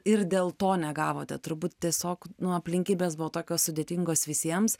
ir dėl to negavote turbūt tiesiog nu aplinkybės buvo tokios sudėtingos visiems